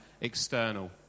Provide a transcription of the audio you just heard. external